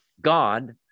God